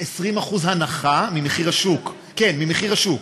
20% הנחה ממחיר השוק, כן, ממחיר השוק.